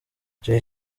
jay